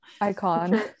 Icon